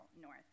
north